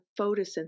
photosynthesis